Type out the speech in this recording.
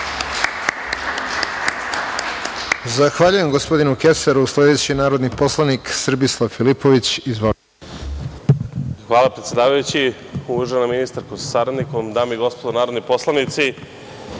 Hvala predsedavajući. Uvažena ministarko sa saradnikom, dame i gospodo narodni poslanici,